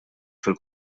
fil